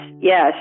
yes